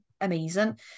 amazing